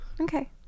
Okay